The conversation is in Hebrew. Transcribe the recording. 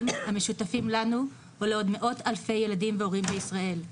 המשותפים לנו ולעוד מאות אלפי ילדים והורים בישראל.